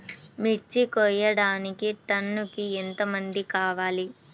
మిర్చి కోయడానికి టన్నుకి ఎంత మంది కావాలి?